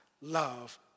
love